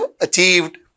achieved